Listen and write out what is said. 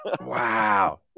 Wow